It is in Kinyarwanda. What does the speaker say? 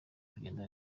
kugenda